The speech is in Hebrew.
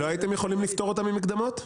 לא הייתם יכולים לפטור אותם ממקדמות?